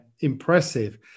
impressive